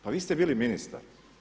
Pa vi ste bili ministar.